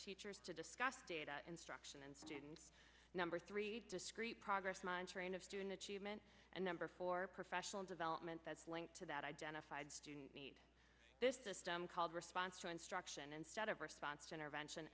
teachers to discuss data instruction and student number three discrete progress monitoring of student achievement and number for professional development that's linked to that identified student need this system called response to instruction instead of response intervention